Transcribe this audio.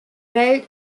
welt